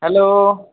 hello